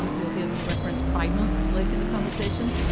um you'll hear me reference pride month late in the conversation.